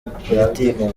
politiki